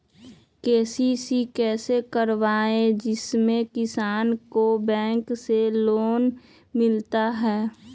KCC कैसे कराये जिसमे किसान को बैंक से लोन मिलता है?